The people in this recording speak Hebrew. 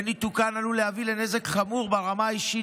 וניתוקן עלול להביא לנזק חמור ברמה האישית,